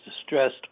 distressed